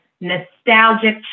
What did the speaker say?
nostalgic